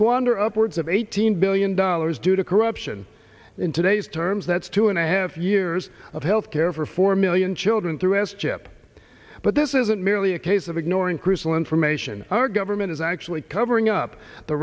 squander upwards of eighteen billion dollars due to corruption in today's terms that's two and a half years of health care for four million children through s chip but this isn't merely a case of ignoring crucial information our government is actually covering up the